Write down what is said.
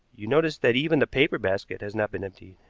you notice that even the paper basket has not been emptied.